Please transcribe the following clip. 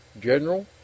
General